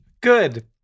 good